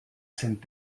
sind